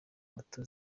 moto